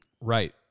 Right